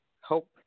hope